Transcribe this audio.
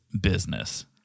business